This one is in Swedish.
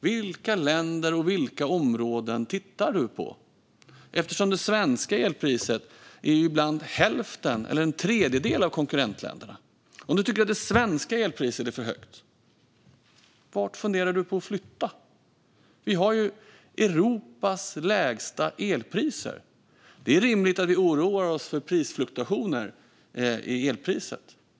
Vilka länder och vilka områden tittar du på, eftersom det svenska elpriset ibland är hälften eller en tredjedel av konkurrentländernas? Om du tycker att det svenska elpriset är för högt, vart funderar du på att flytta? Vi har Europas lägsta elpriser. Det är rimligt att vi oroar oss för prisfluktuationer i elpriset.